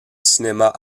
cinéma